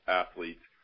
athletes